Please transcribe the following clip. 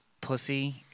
pussy